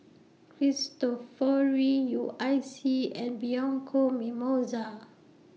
Cristofori U I C and Bianco Mimosa